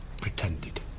pretended